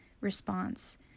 response